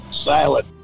silent